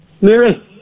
Mary